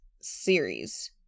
series